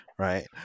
right